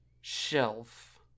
Shelf